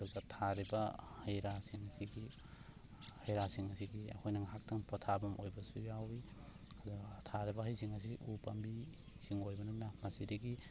ꯑꯗꯨꯒ ꯊꯥꯔꯤꯕ ꯍꯩꯔꯥꯁꯤꯡ ꯑꯁꯤꯒꯤ ꯍꯩꯔꯥꯁꯤꯡ ꯑꯁꯤꯒꯤ ꯑꯩꯈꯣꯏꯅ ꯉꯥꯏꯍꯥꯛꯇꯪ ꯄꯣꯊꯥꯐꯝ ꯑꯣꯏꯕꯁꯨ ꯌꯥꯎꯋꯤ ꯑꯗꯣ ꯊꯥꯔꯤꯕ ꯍꯩꯁꯤꯡ ꯑꯁꯤ ꯎꯄꯥꯝꯕꯤꯁꯤꯡ ꯑꯣꯏꯕꯅꯤꯅ ꯃꯁꯤꯗꯒꯤ